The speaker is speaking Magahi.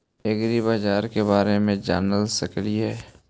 ऐग्रिबाजार के बारे मे जान सकेली?